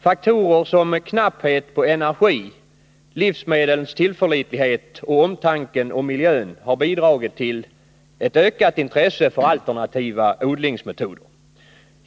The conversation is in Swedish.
Faktorer som knapphet i fråga om energi, livsmedlens tillförlitlighet och omtanken om miljön har bidragit till ett ökat intresse för alternativa odlingsmetoder.